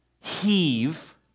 heave